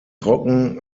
trocken